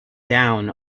down